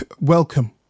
welcome